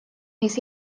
his